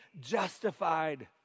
justified